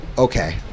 Okay